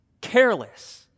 careless